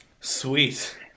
Sweet